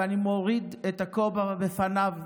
ואני מוריד את הכובע בפניו,